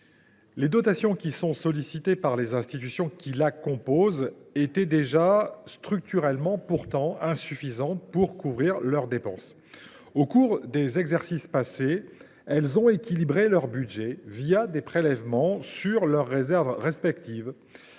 Les dotations sollicitées par les institutions qu’elle concerne étaient pourtant déjà structurellement insuffisantes pour couvrir leurs dépenses. Au cours des exercices passés, elles ont équilibré leur budget par des prélèvements sur leurs réserves respectives,